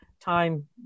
time